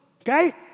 okay